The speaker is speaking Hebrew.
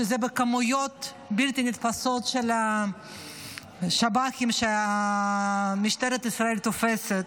כמויות בלתי נתפסות של שב"חים שמשטרת ישראל תופסת.